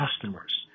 customers